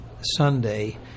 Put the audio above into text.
Sunday